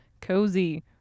Cozy